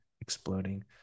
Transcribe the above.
exploding